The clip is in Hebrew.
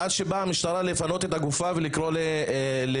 עד שבאה המשטרה לפנות את הגופה ולקרוא למד"א.